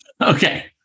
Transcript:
Okay